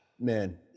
Man